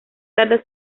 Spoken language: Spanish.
tarde